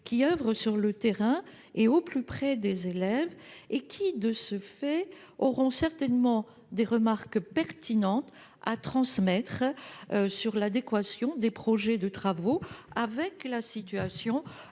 qui oeuvrent sur le terrain au plus près des élèves. De ce fait, ils auront certainement des remarques pertinentes à transmettre sur l'adéquation des projets de travaux avec la situation